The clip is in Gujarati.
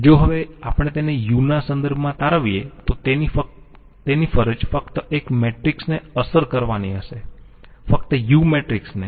જો હવે આપણે તેને u ના સંદર્ભમાં તારવીએ તો તેની ફરજ ફક્ત એક મેટ્રિક્સ ને અસર કરવાની હશે ફક્ત U મેટ્રિક્સ ને